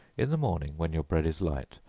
in the morning, when your bread is light,